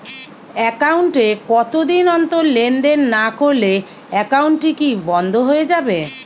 Account এ কতদিন অন্তর লেনদেন না করলে একাউন্টটি কি বন্ধ হয়ে যাবে?